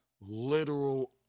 literal